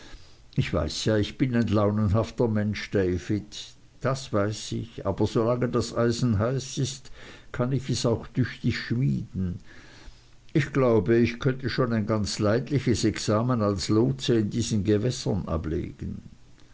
ich weiß ja ich bin ein launenhafter mensch david das weiß ich aber solange das eisen heiß ist kann ich es auch tüchtig schmieden ich glaube ich könnte schon ein ganz leidliches examen als lotse in diesen gewässern ablegen